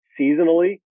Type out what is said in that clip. seasonally